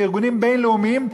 בארגונים בין-לאומיים,